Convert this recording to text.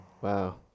Wow